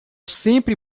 sempre